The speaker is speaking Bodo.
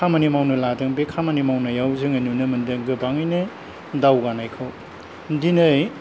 खामानि मावनो लादों बे खामानि मावनायाव जोङो नुनो मोनदों गोबाङैनो दावगानायखौ दिनै